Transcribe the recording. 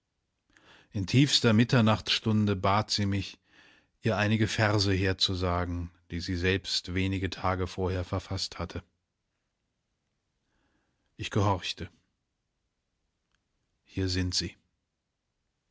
in tiefster mitternachtsstunde bat sie mich ihr einige verse herzusagen die sie selbst wenige tage vorher verfaßt hatte ich gehorchte hier sind sie